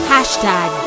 Hashtag